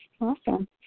Awesome